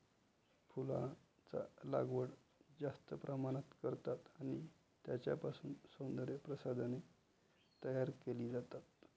फुलांचा लागवड जास्त प्रमाणात करतात आणि त्यांच्यापासून सौंदर्य प्रसाधने तयार केली जातात